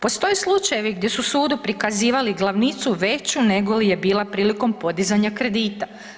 Postoje slučajevi gdje su sudu prikazivali glavnicu veću nego li je bila prilikom podizanja kredita.